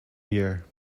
year